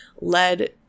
led